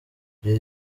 jay